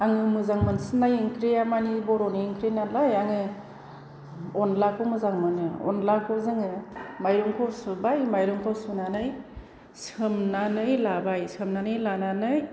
आं मोजां मोनसिननाय ओंख्रिआ मानि बर'नि ओंख्रि नालाय आंङो अनद्लाखौ मोजां मोनो अनद्लाखौ जोंङो माइरंखौ सुबाय माइरंखौ सुनानै सोमनानै लाबाय सोमनानै लानानै